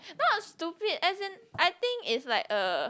not stupid as in I think is like uh